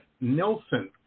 Nelson